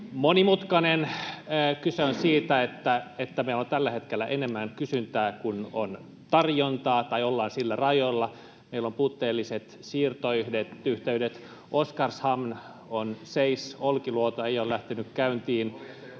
monimutkainen. Kyse on siitä, että meillä on tällä hetkellä enemmän kysyntää kuin on tarjontaa tai ollaan niillä rajoilla. Meillä on puutteelliset siirtoyhteydet. Oskarshamn on seis, Olkiluoto ei ole lähtenyt käyntiin,